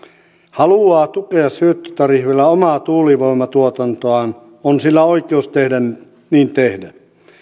haluaa tukea syöttötariffilla omaa tuulivoimatuotantoaan on sillä oikeus niin tehdä